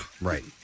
Right